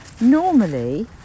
normally